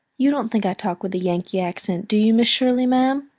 you don't think i talk with a yankee accent, do you, miss shirley, ma'am?